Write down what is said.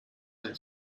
did